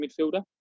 midfielder